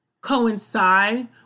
coincide